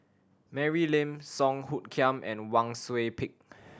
Mary Lim Song Hoot Kiam and Wang Sui Pick